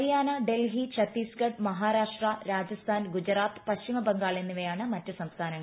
ഹരിയാന ഡൽഹി ഛത്തീസ്ഗഢ് മഹാരാഷ്ട്ര രാജസ്ഥാൻ ഗുജറാത്ത് പശ്ചിമ ബംഗാൾ എന്നിവയാണ് മറ്റ് സംസ്ഥാനങ്ങൾ